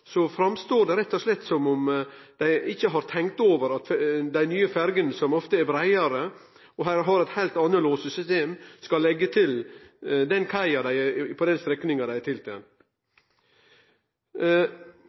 framstår det rett og slett som at ein ikkje har tenkt over at dei nye ferjene, som ofte er breiare og har eit heilt anna lossesystem, skal leggje til den kaia på den strekninga dei er